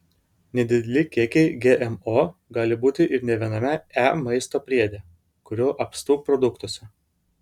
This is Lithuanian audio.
nedideli kiekiai gmo gali būti ir ne viename e maisto priede kurių apstu produktuose